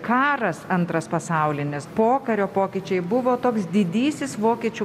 karas antras pasaulinis pokario pokyčiai buvo toks didysis vokiečių